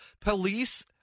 police